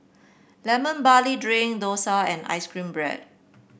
Lemon Barley Drink dosa and ice cream bread